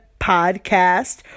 podcast